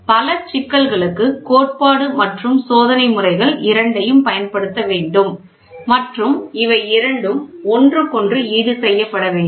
பல சிக்கல்களுக்கு கோட்பாடு மற்றும் சோதனை முறைகள் இரண்டையும் பயன்படுத்த வேண்டும் மற்றும் இவை இரண்டும் ஒன்றுக்கொன்று ஈடு செய்யப்பட வேண்டும்